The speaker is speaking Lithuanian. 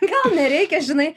gal nereikia žinai